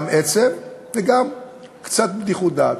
גם עצב וגם קצת בדיחות דעת.